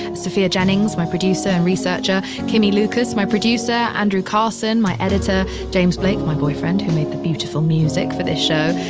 sophia jennings, my producer and researcher, kimmie lucas, my producer, andrew carson, my editor, james blake, my boyfriend who made the beautiful music for this show.